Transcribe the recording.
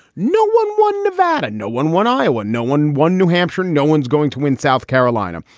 no one won nevada, no one won iowa, no one won new hampshire. no one's going to win south carolina.